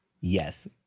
Yes